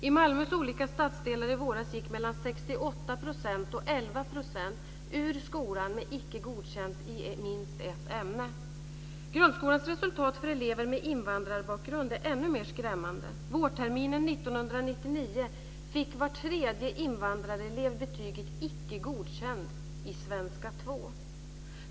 I Malmös olika stadsdelar i våras gick mellan 68 % och 11 % ur skolan med Icke godkänd i minst ett ämne. Grundskolans resultat för elever med invandrarbakgrund är ännu mer skrämmande. Vårterminen 1999 fick var tredje invandrarelev betyget Icke godkänd i svenska 2.